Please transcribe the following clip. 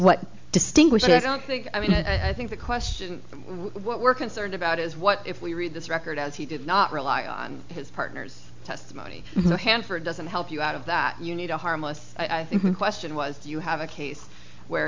what distinguishes i don't think i mean i think the question what we're concerned about is what if we read this record as he did not rely on his partner's testimony hanford doesn't help you out of that you need a harmless i think the question was do you have a case where